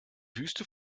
wüste